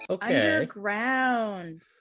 Underground